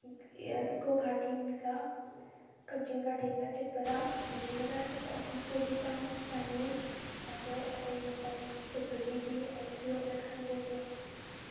eco ꯒꯥꯔꯗꯦꯟꯒ ꯀꯛꯆꯤꯡ ꯒꯥꯔꯗꯦꯟꯒ ꯆꯠꯄꯗ ꯃꯤ ꯑꯃꯗ ꯂꯨꯄꯥ ꯍꯨꯝꯐꯨꯒꯤ ꯆꯥꯡ ꯆꯪꯉꯤ ꯑꯗꯣ ꯑꯇꯩ ꯃꯐꯝ ꯆꯠꯄꯒꯤꯗꯤ ꯑꯩ ꯊꯣꯏꯗꯣꯛꯅ ꯈꯪꯖꯗꯦ